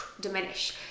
diminish